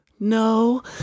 No